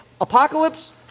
Apocalypse